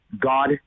God